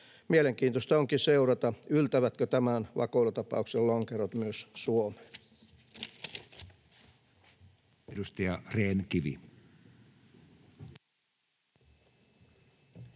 Mielenkiintoista onkin seurata, yltävätkö tämän vakoilutapauksen lonkerot myös Suomeen.